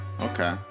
Okay